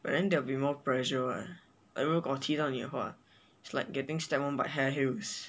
but then there will be more pressure what 如果踢到你的话 it's like getting stabbed on by high heels